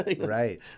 Right